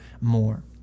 more